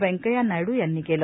व्यंकय्या नायड् यांनी केलं